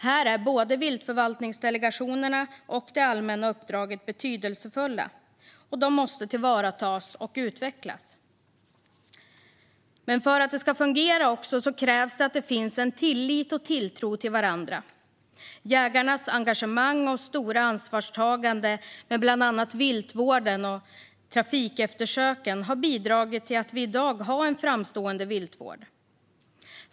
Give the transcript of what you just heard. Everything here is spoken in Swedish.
Här är både viltförvaltningsdelegationerna och det allmänna uppdraget betydelsefulla och måste tillvaratas och utvecklas. För att det ska fungera krävs att man har tillit och tilltro till varandra. Jägarnas engagemang och stora ansvarstagande, med bland annat viltvården och trafikeftersöken, har bidragit till att vi i dag har en framstående viltvård.